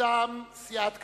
מטעם סיעת קדימה.